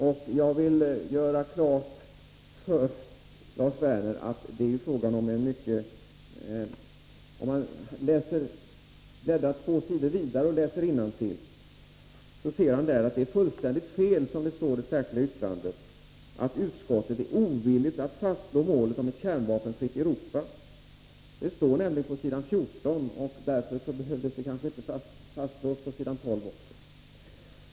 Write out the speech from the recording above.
Om Lars Werner bläddrar två sidor till och läser innantill, finner han att vad som står i ert särskilda yttrande är fullständigt felaktigt. Påståendet att utskottet är ovilligt att fastslå målet om ett kärnvapenfritt Europa stämmer inte. På s. 14 redogörs det för saken, och därför behöver det kanske inte fastslås även på s. 12.